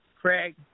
Craig